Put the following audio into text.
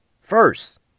first